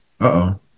Uh-oh